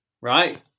right